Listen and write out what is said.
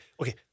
Okay